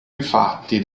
infatti